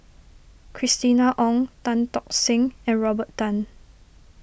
Christina Ong Tan Tock Seng and Robert Tan